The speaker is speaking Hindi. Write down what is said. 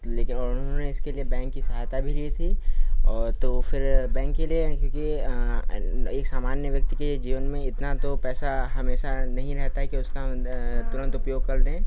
लेकिन और उन्होंने इसके लिए बैंक की सहायता भी ली थी और तो फिर बैंक के लिए क्योंकि एक सामान्य व्यक्ति के जीवन में इतना तो पैसा हमेशा नहीं रहता है कि उसका तुरंत उपयोग कर लें